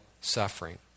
suffering